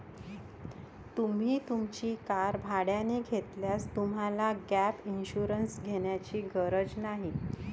तुम्ही तुमची कार भाड्याने घेतल्यास तुम्हाला गॅप इन्शुरन्स घेण्याची गरज नाही